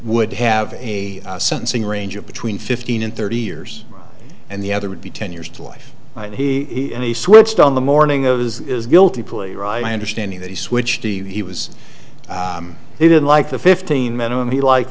would have a sentencing range of between fifteen and thirty years and the other would be ten years to life and he and he switched on the morning of his guilty plea right understanding that he switched he was he didn't like the fifteen minimum he liked